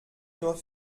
nur